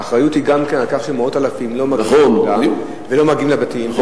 האחריות היא גם כן לכך שמאות אלפים לא מגיעים לעבודה ולא מגיעים לבתיהם,